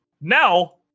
now